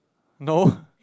no